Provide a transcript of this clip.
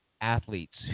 athletes